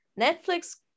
Netflix